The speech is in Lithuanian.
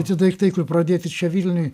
kiti daiktai kur pradėti čia vilniuj